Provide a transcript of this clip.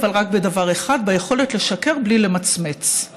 אבל רק בדבר אחד: ביכולת לשקר בלי למצמץ,